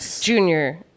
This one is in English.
Junior